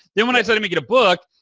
then when i started making a book,